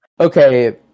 okay